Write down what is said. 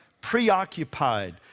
preoccupied